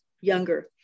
younger